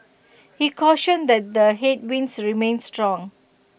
he cautioned that the headwinds remain strong